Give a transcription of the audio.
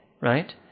right